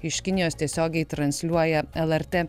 iš kinijos tiesiogiai transliuoja lrt